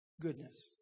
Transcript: goodness